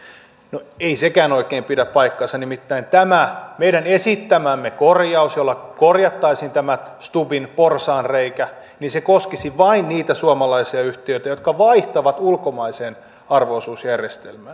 no ei sekään oikein pidä paikkaansa nimittäin tämä meidän esittämämme korjaus jolla korjattaisiin tämä stubbin porsaanreikä koskisi vain niitä suomalaisia yhtiöitä jotka vaihtavat ulkomaiseen arvo osuusjärjestelmään